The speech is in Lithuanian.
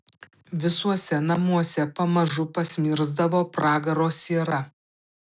visuose namuose pamažu pasmirsdavo pragaro siera